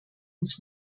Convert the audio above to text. uns